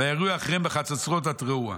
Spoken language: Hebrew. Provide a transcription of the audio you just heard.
וירעו אחריהם בחצוצרות התרועה.